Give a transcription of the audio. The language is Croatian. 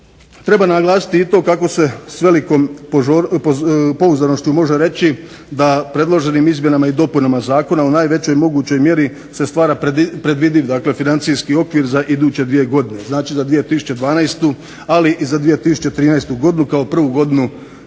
Treba naglasiti i to kako se s velikom pouzdanošću može reći da predloženim izmjenama i dopunama zakona u najvećoj mogućoj mjeri se stvara predvidiv, dakle financijski okvir za iduće dvije godine. Znači, za 2012. Ali i za 2013. godinu kao prvu godinu